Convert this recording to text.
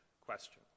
question